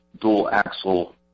dual-axle